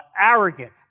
arrogant